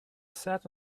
sat